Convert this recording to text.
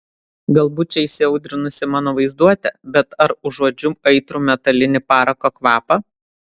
galbūt čia įsiaudrinusi mano vaizduotė bet ar užuodžiu aitrų metalinį parako kvapą